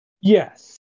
Yes